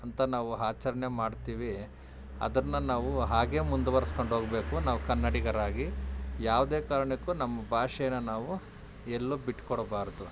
ಅಂತ ನಾವು ಆಚರ್ಣೆ ಮಾಡ್ತೀವಿ ಅದನ್ನು ನಾವು ಹಾಗೆ ಮುಂದುವರ್ಸ್ಕೊಂಡು ಹೋಗ್ಬೇಕು ನಾವು ಕನ್ನಡಿಗರಾಗಿ ಯಾವುದೇ ಕಾರಣಕ್ಕೂ ನಮ್ಮ ಭಾಷೆನ ನಾವು ಎಲ್ಲೂ ಬಿಟ್ಕೊಡ್ಬಾರ್ದು